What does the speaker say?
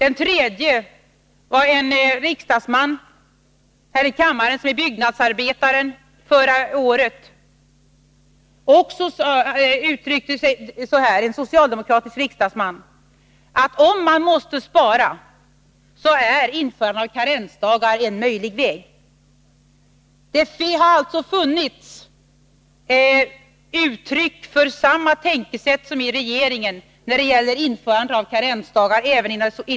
En socialdemokratisk riksdagsman och byggnadsarbetare sade förra året att om man måste spara så är införande av karensdagar en möjlig väg. Även inom det socialdemokratiska partiet har det alltså förekommit uttryck för samma tänkesätt som i regeringen när det gäller införande av karensdagar.